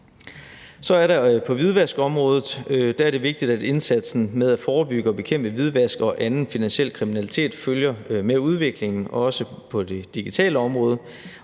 På hvidvaskområdet er det vigtigt, at indsatsen med at forebygge og bekæmpe hvidvask og anden finansiel kriminalitet følger med udviklingen, også på det digitale område,